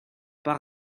part